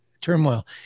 turmoil